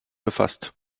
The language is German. gefasst